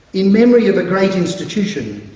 in memory of a great institution